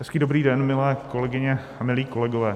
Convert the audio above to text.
Hezký dobrý den, milé kolegyně a milí kolegové.